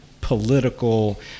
political